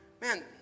man